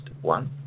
one